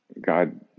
God